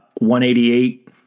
188